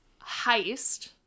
heist